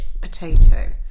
potato